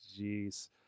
Jeez